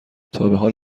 تابحال